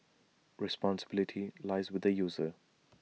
responsibility lies with the user